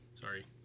Sorry